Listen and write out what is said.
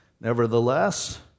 Nevertheless